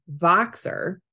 Voxer